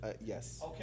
Yes